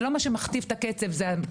ולא מה שמכתיב את הקצב הוא התקציב,